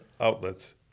outlets